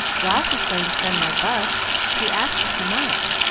ralph is going to send my bust. he asked if he might,